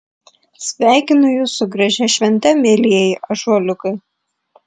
sveikinu jus su gražia švente mielieji ąžuoliukai